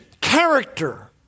character